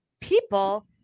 people